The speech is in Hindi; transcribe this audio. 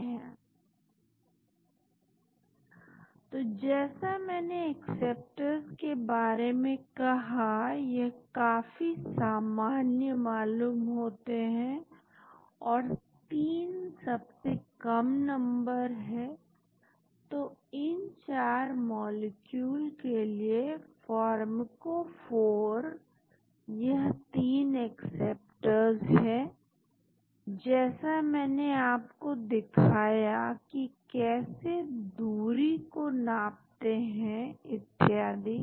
Z तो जैसा मैंने एक्सेप्टर्स के बारे में कहा यह काफी सामान्य मालूम होते हैं और 3 सबसे कम नंबर है तो इन चार मॉलिक्यूल के लिए फार्मकोफोर यह तीन एक्सेप्टर्स है जैसा मैंने आपको दिखाया कि कैसे दूरी को नापने हैं इत्यादि